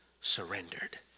surrendered